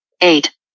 eight